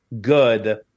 good